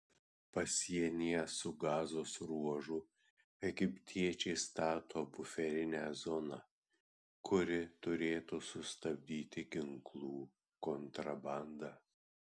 pasienyje su gazos ruožu egiptiečiai stato buferinę zoną kuri turėtų sustabdyti ginklų kontrabandą